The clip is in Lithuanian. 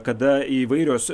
kada įvairios